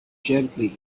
gently